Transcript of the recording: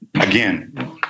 Again